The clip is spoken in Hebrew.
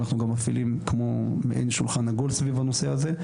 אנחנו גם מפעילים מעין שולחן עגול סביב הנושא הזה,